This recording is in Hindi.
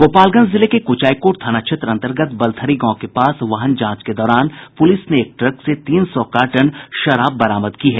गोपालगंज जिले के कुचायकोट थाना क्षेत्र अंतर्गत बलथरी गांव के पास वाहन जांच के दौरान पुलिस ने एक ट्रक से तीन सौ कार्टन शराब बरामद की है